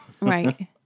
Right